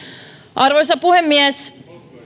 arvoisa puhemies